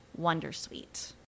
Wondersuite